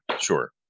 sure